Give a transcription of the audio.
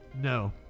No